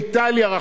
יפן,